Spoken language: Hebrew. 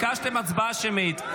להצבעה שמית,